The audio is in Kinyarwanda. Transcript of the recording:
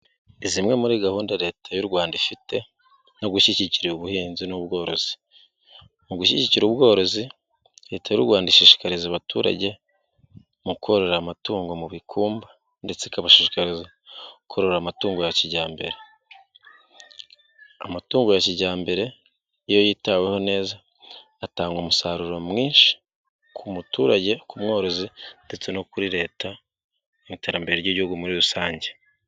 Zimwe muri gahunda leta y'u rwanda ifite no gushyigikira ubuhinzi n'ubworozi, mu gushyigikira ubworozi, Leta y'Rwanda ishishikariza abaturage mu korora amatungo mu bikumba, ndetse ikabashishikariza korora amatungo ya kijyambere amatungo ya kijyambere iyo yitaweho atanga umusaruro mwinshi ku muturage, ku mworozi ndetse no kuri Leta mu iterambere ry'igihugu muri rusange.